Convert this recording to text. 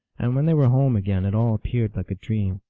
and when they were home again it all appeared like a dream.